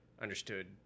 understood